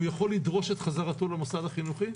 הוא יכול לדרוש את חזרתו למוסד החינוכי?